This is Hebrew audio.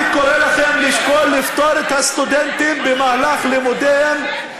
אני קורא לכם לשקול לפטור את הסטודנטים במהלך לימודיהם,